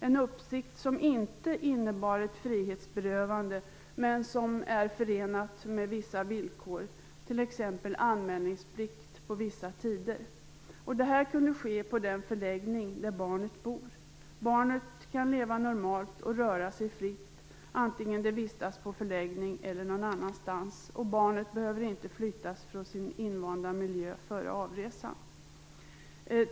En uppsikt som inte innebär ett frihetsberövande men som är förenat med vissa villkor, t.ex. anmälningsplikt på vissa tider. Det kunde ske på den förläggning där barnet bor. Barnet kan leva normalt och röra sig fritt, antingen det vistas på en förläggning än någon annanstans, och barnet behöver inte flyttas från sin invanda miljö före avresan.